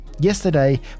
yesterday